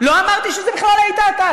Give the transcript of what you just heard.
לא אמרתי שזה בכלל היית אתה,